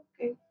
okay